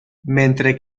mentre